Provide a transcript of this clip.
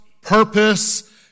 purpose